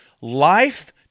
life